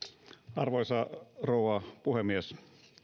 arvoisa rouva puhemies